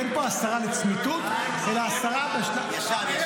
אין פה הסרה לצמיתות אלא הסרה בשלב זה.